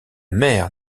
maire